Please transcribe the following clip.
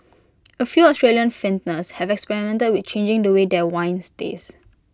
A few Australian vintners have experimented with changing the way their wines taste